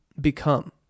become